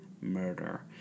murder